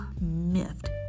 miffed